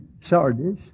Sardis